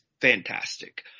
fantastic